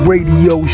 Radio